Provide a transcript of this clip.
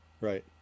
Right